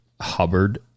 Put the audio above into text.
Hubbard